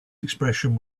expression